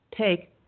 take